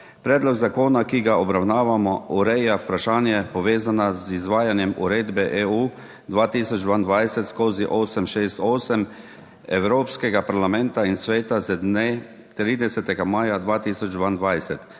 predlog zakona, ki ga obravnavamo ureja vprašanja povezana z izvajanjem uredbe EU 2022/868 Evropskega parlamenta in sveta z dne 30. maja 2022